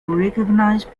recognize